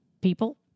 people